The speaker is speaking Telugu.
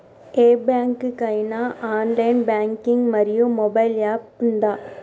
ఏ బ్యాంక్ కి ఐనా ఆన్ లైన్ బ్యాంకింగ్ మరియు మొబైల్ యాప్ ఉందా?